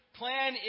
plan